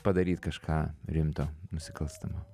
padaryt kažką rimto nusikalstamo